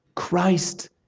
Christ